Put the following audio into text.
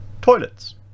toilets